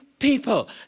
People